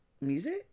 music